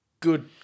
Good